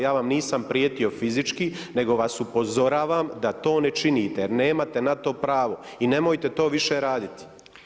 Ja vam nisam prijetio fizički nego vas upozoravam da to ne činite jer nemate na to pravo i nemojte to više raditi.